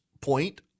point